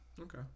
Okay